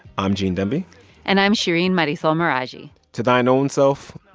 i'm gene demby and i'm shereen marisol meraji to thine own self,